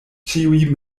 ĉiuj